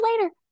later